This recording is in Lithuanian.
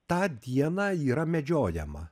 tą dieną yra medžiojama